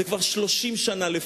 זה כבר 30 שנה לפחות.